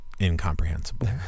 incomprehensible